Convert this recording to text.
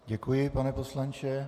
Děkuji, pane poslanče.